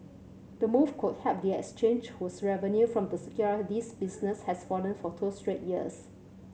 the move could help the exchange whose revenue from the securities business has fallen for two straight years